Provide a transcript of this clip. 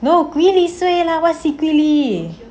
no gwee li sui lah what secretly